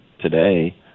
today